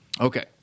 Okay